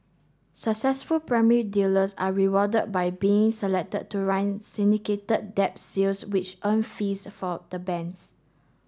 successful primary dealers are rewarded by being selected to run syndicated debt sales which earn fees for the banks